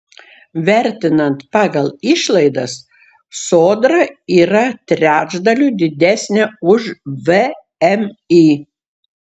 vertinant pagal išlaidas sodra yra trečdaliu didesnė už vmi